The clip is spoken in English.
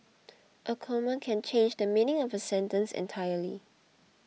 a comma can change the meaning of a sentence entirely